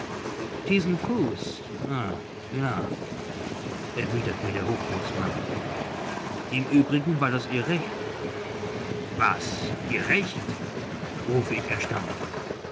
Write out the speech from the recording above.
diesen fuß ah ja erwidert mir der hochbootsmann im uebrigen war das ihr recht was ihr recht rufe ich erstaunt